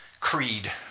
creed